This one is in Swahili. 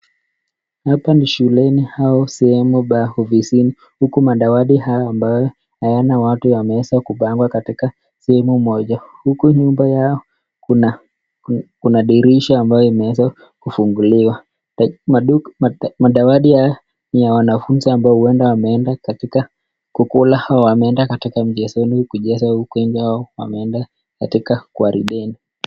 Hapa ni shuleni au sehemu pa ofisini huku madawati haya ambayo hayan watu yameweza kupangwa katika sehemu moja huku nyumba yao kuna dirisha ambayo imeweza kufunguliwa. Madawati haya ni ya wanafunzi ambao huenda wameenda katika kukula au wameenda katika mchezoni ili kucheza huku nje au wameenda katika gwarideni.